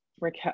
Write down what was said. Rick